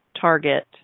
target